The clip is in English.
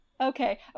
Okay